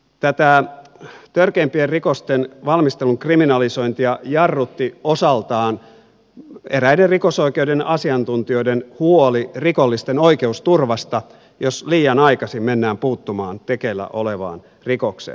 tätä törkeimpien rikosten valmistelun kriminalisointia jarrutti osaltaan eräiden rikosoikeuden asiantuntijoiden huoli rikollisten oikeusturvasta jos liian aikaisin mennään puuttumaan tekeillä olevaan rikokseen